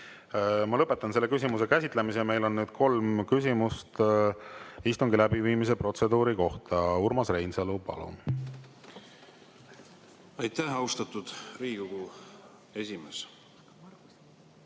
Ma lõpetan selle küsimuse käsitlemise. Meil on nüüd kolm küsimust istungi läbiviimise protseduuri kohta. Urmas Reinsalu, palun! Teie aeg! Aitäh!